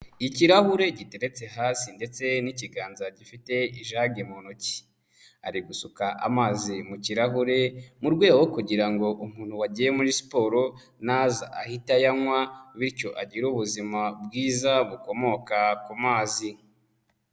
Ikirahure giteretse hasi ndetse n'ikiganza gifite ijage mu ntoki, ari gusuka amazi mu kirahure mu rwego kugira ngo umuntu wagiye muri siporo naza ahita ayanywa bityo agire ubuzima bwiza bukomoka ku mazi.